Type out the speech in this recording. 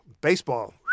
baseball